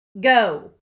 Go